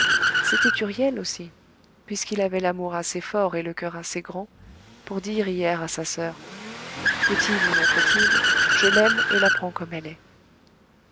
c'était huriel aussi puisqu'il avait l'amour assez fort et le coeur assez grand pour dire hier à sa soeur fautive ou non fautive je l'aime et la prends comme elle est